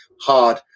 hard